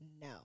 no